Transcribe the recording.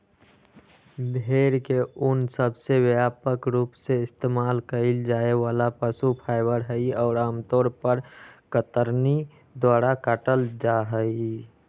भेड़ के ऊन सबसे व्यापक रूप से इस्तेमाल कइल जाये वाला पशु फाइबर हई, और आमतौर पर कतरनी द्वारा काटल जाहई